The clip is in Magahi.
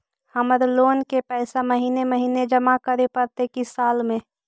हमर लोन के पैसा महिने महिने जमा करे पड़तै कि साल में?